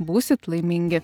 būsit laimingi